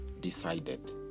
decided